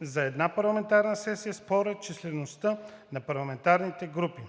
за една парламентарна сесия според числеността на парламентарните групи.